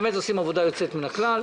באמת עושים עבודה יוצאת מן הכלל.